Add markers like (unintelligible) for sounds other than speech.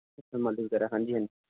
(unintelligible) ਹਾਂਜੀ ਹਾਂਜੀ